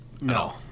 No